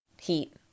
heat